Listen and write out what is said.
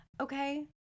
okay